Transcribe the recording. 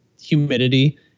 humidity